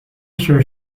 sure